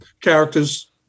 characters